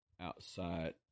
outside